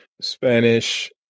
Spanish